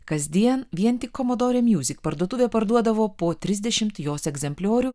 kasdien vien tik komadore mjuzik parduotuvė parduodavo po trisdešimt jos egzempliorių